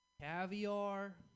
caviar